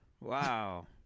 Wow